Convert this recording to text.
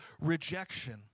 rejection